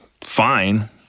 fine